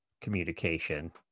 communication